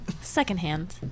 Secondhand